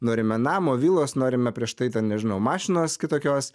norime namo vilos norime prieš tai ten nežinau mašinos kitokios